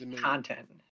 content